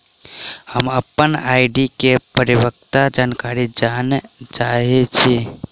हम अप्पन आर.डी केँ परिपक्वता जानकारी जानऽ चाहै छी